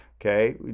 okay